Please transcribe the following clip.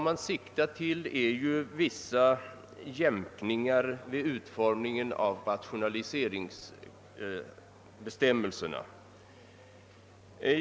Man syftar på vissa jämkningar i utformningen av rationaliseringsbestämmelserna.